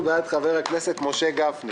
אנחנו בעד שחבר הכנסת משה גפני